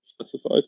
specified